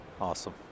Awesome